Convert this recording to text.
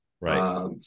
Right